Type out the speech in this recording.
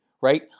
right